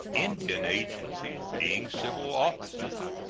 indian agencies being civil offices,